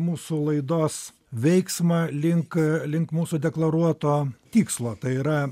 mūsų laidos veiksmą link link mūsų deklaruoto tikslo tai yra